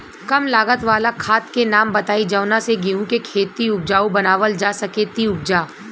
कम लागत वाला खाद के नाम बताई जवना से गेहूं के खेती उपजाऊ बनावल जा सके ती उपजा?